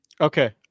Okay